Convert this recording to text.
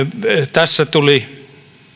tässä tuli